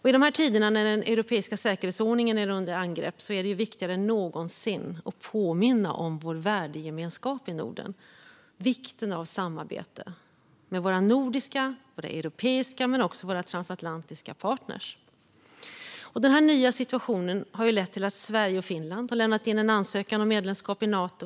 I dessa tider, när den europeiska säkerhetsordningen är under angrepp, är det viktigare än någonsin att påminna om vår värdegemenskap i Norden och om vikten av samarbete med våra nordiska, våra europeiska men också våra transatlantiska partner. Den här nya situationen har lett till att Sverige och Finland har lämnat in en ansökan om medlemskap i Nato.